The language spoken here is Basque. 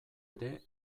ere